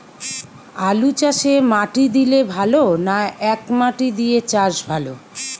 আলুচাষে মাটি দিলে ভালো না একমাটি দিয়ে চাষ ভালো?